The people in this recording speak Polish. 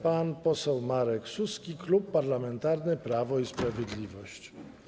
Pan poseł Marek Suski, Klub Parlamentarny Prawo i Sprawiedliwość.